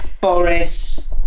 Boris